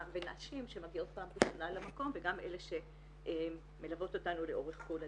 ונשים שמגיעות פעם ראשונה למקום וגם אלה שמלוות אותנו לאורך כל הדרך.